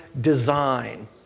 design